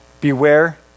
beware